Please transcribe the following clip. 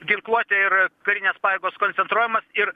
ginkluotė ir karinės pajėgos koncentruojamos ir